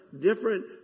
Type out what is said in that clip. different